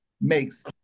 makes